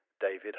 David